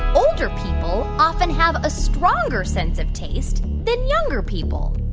older people often have a stronger sense of taste than younger people?